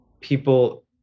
people